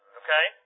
okay